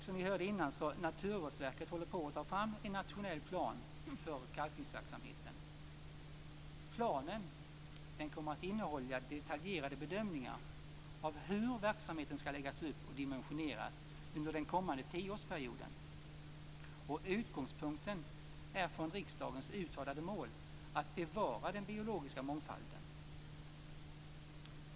Som vi hörde tidigare håller Naturvårdsverket på att ta fram en nationell plan för kalkningsverksamheten. Planen kommer att innehålla detaljerade bedömningar av hur verksamheten skall läggas upp och dimensioneras under den kommande tioårsperioden. Utgångspunkten är riksdagens uttalade mål att bevara den biologiska mångfalden.